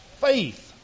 faith